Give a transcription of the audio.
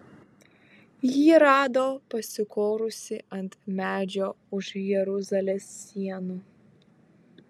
jį rado pasikorusį ant medžio už jeruzalės sienų